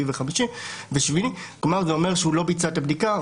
שביעי ושמיני זה אומר שהוא לא ביצע את הבדיקה.